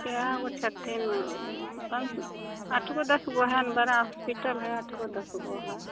कै गो छथिन से तऽ आठ गो दस गो हइ बड़ा हॉस्पिटल हइ आठ गो दस गो हइ